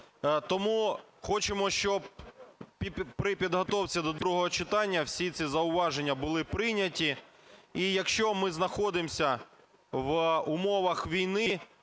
Тому хочемо, щоб і при підготовці до другого читання всі ці зауваження були прийняті. І якщо ми знаходимося в умовах війни,